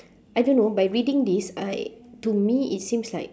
I don't know by reading this uh I to me it seems like